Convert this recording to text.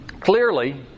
Clearly